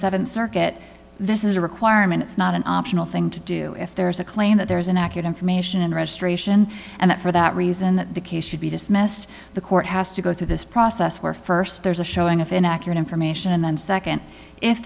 th circuit this is a requirement it's not an optional thing to do if there is a claim that there is an accurate information and registration and that for that reason the case should be dismissed the court has to go through this process where st there's a showing of inaccurate information and then nd if